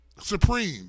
supreme